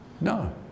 No